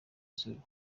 izuba